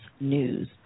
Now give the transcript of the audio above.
news